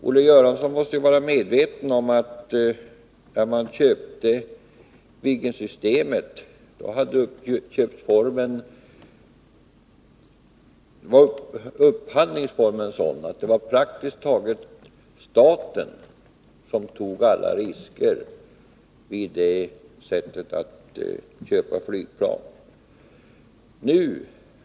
Olle Göransson bör vara medveten om att vid köpet av Viggensystemet var upphandlingsformen sådan att det var praktiskt taget staten som tog alla risker med detta sätt att köpa flygplan.